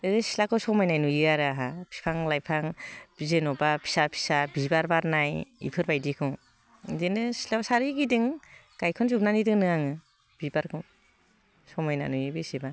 सिथ्लाखौ समायना नुयो आरो आंहा बिफां लाइफां जेनेबा फिसा फिसा बिबार बारनाय बेफोरबायदिखौ बिदिनो सिथ्लायाव सारिगिदिं गायखनजोबनानै दोनो आं बिबारखौ समायना नुयो बेसेबा